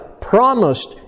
promised